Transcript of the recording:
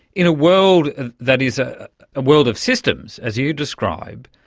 in a world that is ah a world of systems, as you describe,